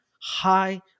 high